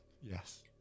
Yes